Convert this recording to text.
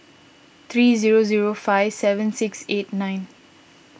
three zero zero five seven six eight nine